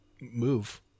move